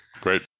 Great